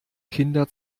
kinder